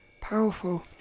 powerful